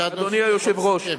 אדוני היושב-ראש,